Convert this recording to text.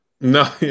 No